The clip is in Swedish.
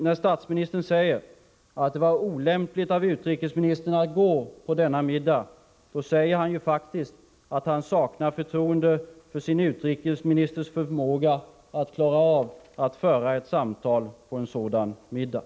När statsministern säger att det var olämpligt av utrikesministern att gå på denna middag, säger han faktiskt att han saknar förtroende för sin utrikesministers förmåga att klara av att föra ett samtal på en sådan middag.